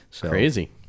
Crazy